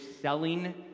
selling